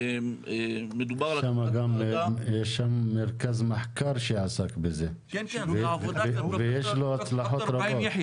יש שם מרכז מחקר שעסק בזה ויש לו הצלחות רבות.